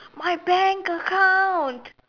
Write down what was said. my bank account